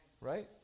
Right